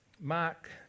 Mark